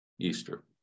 Easter